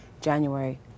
January